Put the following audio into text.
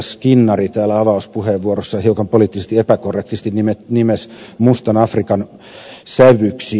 skinnari täällä avauspuheenvuorossaan hiukan poliittisesti epäkorrektisti nimesi mustan afrikan sävyksi